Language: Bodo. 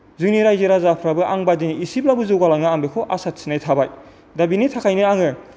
जोंनि रायजो राजाफ्राबो आंबायदि इसेब्लाबो जौगालाङो आं बेखौ आसा थिनाय थाबाय दा बेनि थाखायनो आङो